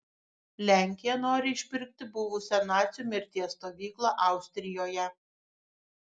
lenkija nori išpirkti buvusią nacių mirties stovyklą austrijoje